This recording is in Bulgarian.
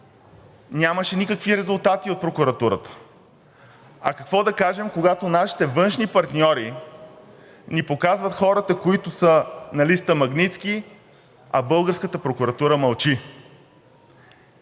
нямаше никакви резултати от прокуратурата. А какво да кажем, когато нашите външни партньори ни показват хората, които са на листа „Магнитски“, а българската прокуратура мълчи?!